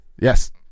Yes